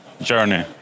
journey